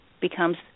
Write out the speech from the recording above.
becomes